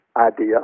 idea